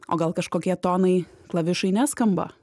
o gal kažkokie tonai klavišai neskamba